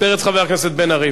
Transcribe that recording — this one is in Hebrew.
חבר הכנסת מיכאל בן-ארי, בבקשה.